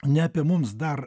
ne apie mums dar